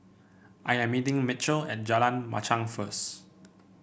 I am meeting Mitchel at Jalan Machang first